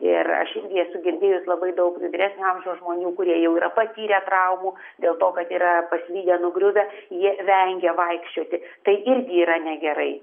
ir aš irgi esu girdėjus labai daug vyresnio amžiaus žmonių kurie jau yra patyrę traumų dėl to kad yra paslydę nugriuvę jie vengia vaikščioti tai irgi yra negerai